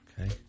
Okay